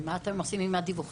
ומה אתם עושים אחר כך עם הדיווחים?